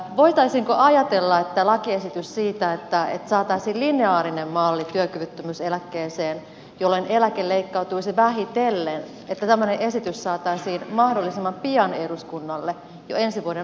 voitaisiinko ajatella että lakiesitys siitä että saataisiin lineaarinen malli työkyvyttömyyseläkkeeseen jolloin eläke leikkautuisi vähitellen saataisiin mahdollisimman pian eduskunnalle jo ensi vuoden alussa